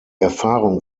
erfahrung